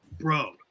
bro